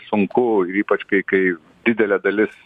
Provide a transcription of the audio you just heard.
sunku ir ypač kai kai didelė dalis